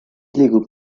liigub